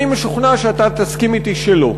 אני משוכנע שאתה תסכים אתי שלא.